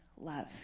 love